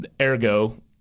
Ergo